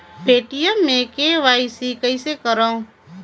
Paytm मे KYC कइसे करव?